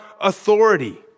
authority